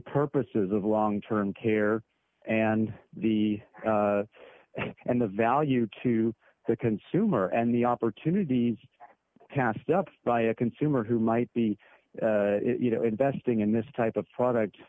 purposes of long term care and the and the value to the consumer and the opportunities passed up by a consumer who might be you know investing in this type of product